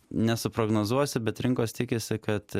nesuprognozuosiu bet rinkos tikisi kad